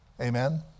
Amen